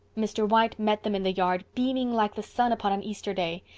mr. white met them in the yard, beaming like the sun upon an easter day.